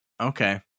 okay